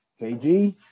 KG